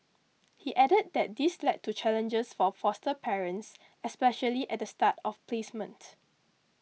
he added that this led to challenges for foster parents especially at the start of placement